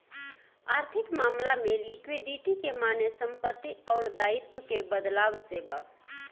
आर्थिक मामला में लिक्विडिटी के माने संपत्ति अउर दाईत्व के बदलाव से बा